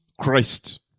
Christ